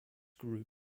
group